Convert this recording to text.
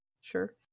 Sure